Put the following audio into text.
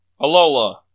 Alola